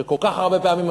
שכל כך הרבה פעמים,